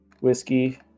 whiskey